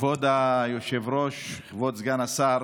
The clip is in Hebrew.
כבוד היושב-ראש, כבוד סגן השר,